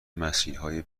مسیرهای